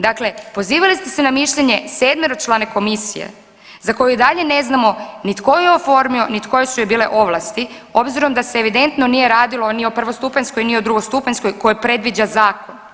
Dakle, pozivali ste se na mišljenje sedmeročlane komisije za koju i dalje ne znam ni tko ju je oformio nit koje su joj bile ovlasti, obzirom da se evidentno nije radilo ni o prvostupanjskoj ni o drugostupanjskoj koje predviđa zakon.